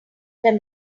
when